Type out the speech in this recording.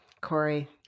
Corey